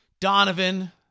Donovan